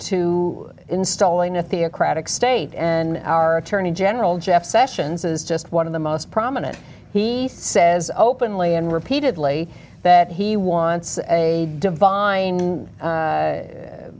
to installing a theocratic state and our attorney general jeff sessions is just one of the most prominent he says openly and repeatedly that he wants a divine